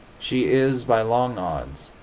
she is, by long odds,